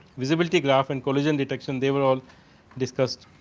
visibility graph and collision detection they were all discussed